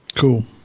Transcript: Cool